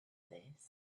this